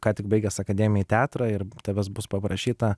ką tik baigęs akademiją į teatrą ir tavęs bus paprašyta